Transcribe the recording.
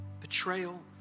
betrayal